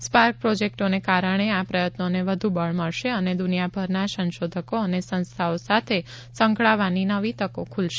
spark પ્રોજેક્ટોને કારણે આ પ્રયત્નોને વધુ બળ મળશે અને દુનિયાભરના સંશોદકો અને સંસ્થાઓ સાથે સંકળવાની નવી તકો ખૂલશે